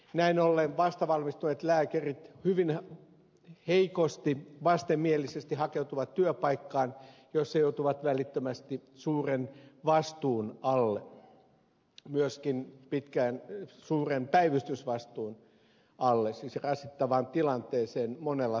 näin ollen vastavalmistuneet lääkärit hyvin heikosti vastenmielisesti hakeutuvat työpaikkaan jossa joutuvat välittömästi suuren vastuun alle myöskin suuren päivystysvastuun alle siis rasittavaan tilanteeseen monella tavalla